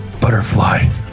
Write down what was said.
Butterfly